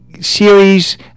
series